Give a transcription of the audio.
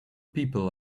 people